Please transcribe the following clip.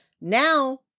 Now